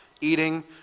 eating